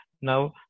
Now